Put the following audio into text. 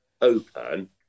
open